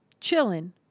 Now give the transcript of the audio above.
chilling